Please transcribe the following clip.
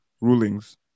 rulings